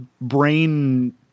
brain